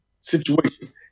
situation